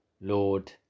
Lord